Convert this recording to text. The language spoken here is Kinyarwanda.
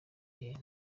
igihe